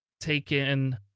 taken